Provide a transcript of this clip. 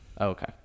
Okay